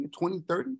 2030